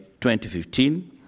2015